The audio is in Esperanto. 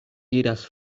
iras